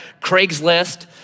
Craigslist